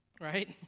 right